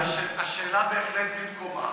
השאלה בהחלט במקומה,